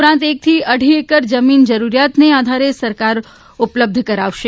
ઉપરાંત એકથી અઢી એકર જમીન જરૂરિયાતને આધારે સરકાર ઉપલબ્ધ કરાવશે